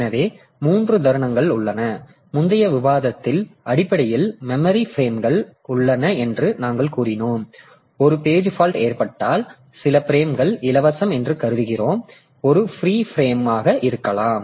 எனவே 3 தருணங்கள் உள்ளன முந்தைய விவாதத்தில் அடிப்படையில் மெமரி பிரேம்கள் உள்ளன என்று நாங்கள் கூறினோம் ஒரு பேஜ் பால்ட் ஏற்பட்டால் சில பிரேம்கள் இலவசம் என்று கருதுகிறோம் இது ஒரு ஃப்ரீ ப்ரேமாக இருக்கலாம்